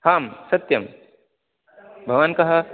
हां सत्यं भवान् कः